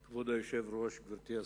כבוד היושב-ראש, גברתי השרה,